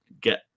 get